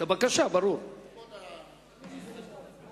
מבקש דין